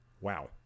Wow